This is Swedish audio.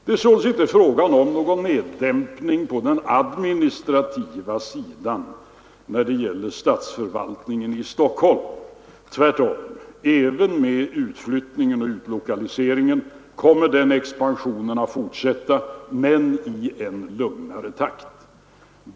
Det är således inte fråga om någon neddämpning på den administrativa sidan när det gäller statsförvaltningen i Stockholm, tvärtom. Även med utflyttningen och utlokaliseringen kommer expansionen att fortsätta men i en lugnare takt.